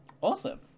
Awesome